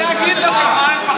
אני אגיד לך,